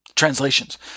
translations